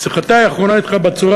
שיחתי האחרונה אתך בצורה